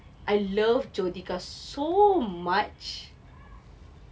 I love jyothika so much